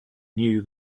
knew